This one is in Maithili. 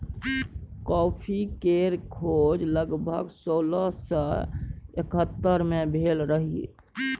कॉफ़ी केर खोज लगभग सोलह सय एकहत्तर मे भेल रहई